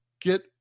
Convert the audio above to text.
get